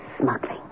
smuggling